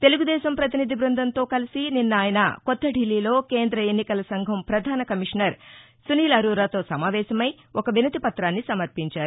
తెలుగుదేశం ప్రతినిధి బ్బందంతో కలసి నిన్న ఆయన కొత్త ఢిల్లీలో కేంద్ర ఎన్నికల సంఘం పధాన కమీషనర్ సునీల్ అరోరాతో సమావేశమై ఒక వినతి పత్రాన్ని సమర్పించారు